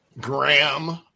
Graham